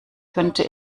könnte